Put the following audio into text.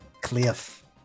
Cliff